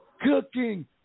cooking